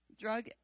drug